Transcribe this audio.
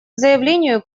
заявлению